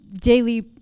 daily